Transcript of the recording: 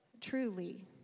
Truly